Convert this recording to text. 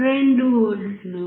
2 volts